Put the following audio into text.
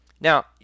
Now